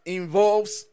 involves